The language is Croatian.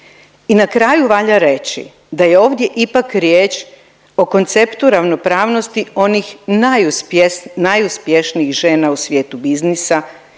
I na kraju valja reći da je ovdje ipak riječ o konceptu ravnopravnosti onih najuspješnijih žena u svijetu biznisa